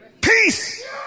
peace